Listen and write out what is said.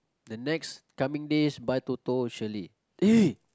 the next coming days buy Toto surely